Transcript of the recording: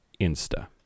insta